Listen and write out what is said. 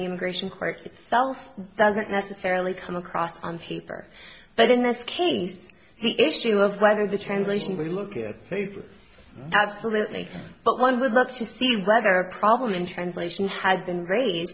the immigration court itself doesn't necessarily come across on heap or but in this case the issue of whether the translation we're looking at absolutely but one would look to see whether a problem in translation had been raised